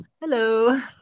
Hello